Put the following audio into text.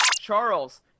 Charles